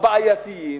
הבעייתיים,